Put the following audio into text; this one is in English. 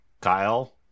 Kyle